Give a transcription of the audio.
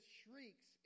shrieks